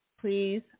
please